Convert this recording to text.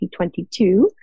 2022